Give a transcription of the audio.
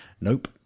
Nope